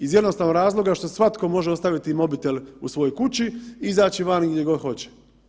Iz jednostavnog razloga što svatko može ostaviti mobitel u svojoj kući i izaći vani gdje god hoće.